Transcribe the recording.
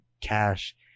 cash